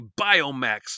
Biomax